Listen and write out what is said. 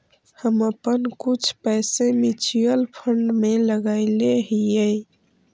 हम अपन कुछ पैसे म्यूचुअल फंड में लगायले हियई